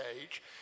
age